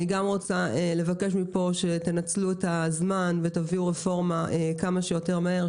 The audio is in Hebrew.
אני רוצה לבקש מפה שתנצלו את הזמן ותביאו רפורמה כמה שיותר מהר.